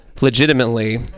legitimately